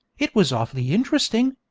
it was awfully interesting